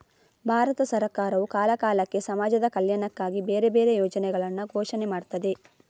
ಭಾರತ ಸರಕಾರವು ಕಾಲ ಕಾಲಕ್ಕೆ ಸಮಾಜದ ಕಲ್ಯಾಣಕ್ಕಾಗಿ ಬೇರೆ ಬೇರೆ ಯೋಜನೆಗಳನ್ನ ಘೋಷಣೆ ಮಾಡ್ತದೆ